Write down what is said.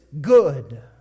good